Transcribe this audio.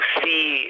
see